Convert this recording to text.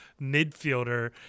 midfielder